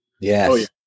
Yes